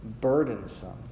burdensome